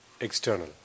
external